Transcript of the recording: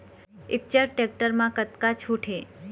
Eicher tractor म कतका छूट हे?